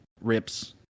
rips